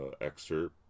excerpt